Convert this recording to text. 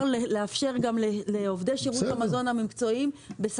לאפשר גם לעובדים המקצועיים של שירות המזון,